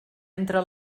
entre